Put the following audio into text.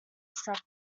struck